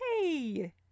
hey